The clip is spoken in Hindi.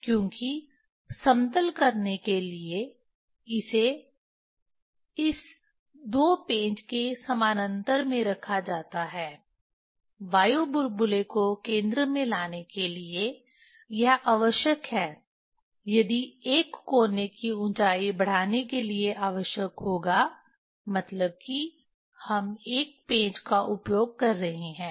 क्योंकि समतल करने के लिए इसे इस दो पेंच के समानांतर में रखा जाता है वायु बुलबुले को केंद्र में लाने के लिए यह आवश्यक है यदि एक कोने की ऊंचाई बढ़ाने के लिए आवश्यक होगा मतलब कि हम एक पेंच का उपयोग कर रहे हैं